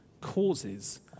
causes